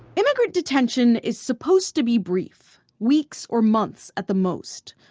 immigrant detention is supposed to be brief weeks or months at the most.